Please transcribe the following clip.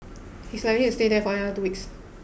he is likely to stay there for another two weeks